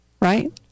right